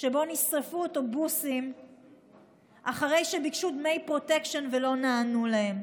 שבו נשרפו אוטובוסים אחרי שביקשו דמי פרוטקשן ולא נענו להם.